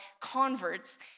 converts